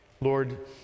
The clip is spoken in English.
Lord